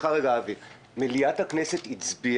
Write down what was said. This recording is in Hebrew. מליאת הכנסת הצביעה.